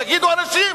ואנשים יגידו: